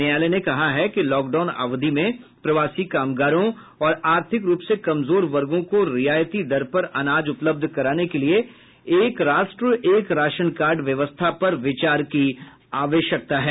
न्यायालय ने कहा है कि लॉकडाउन अवधि में प्रवासी कामगारों और आर्थिक रूप से कमजोर वर्गों को रियायती दर पर अनाज उपलब्ध कराने के लिये एक राष्ट्र एक राशन कार्ड व्यवस्था पर विचार की आवश्यकता है